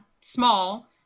small